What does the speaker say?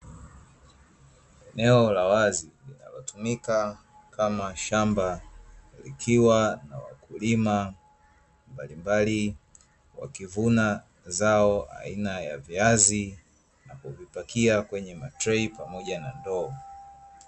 Eneo la wazi, linalotumika kama shamba, likiwa na wakulima mbalimbali, wakivuna zao aina ya viazi, na kuvipakia kwenye matrei pamoja na ndoo.